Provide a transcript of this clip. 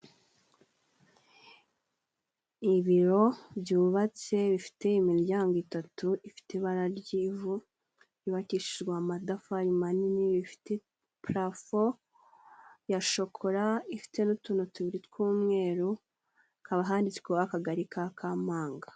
Ibiro byubatse bifite imiryango itatu ifite ibara ry'ivu, byubakishijwe amatafari manini bifite purafo ya shokora ifite n'utuntu tubiri tw'umweru, hakaba handitsweho akagari ka Kampanga.